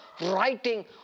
writing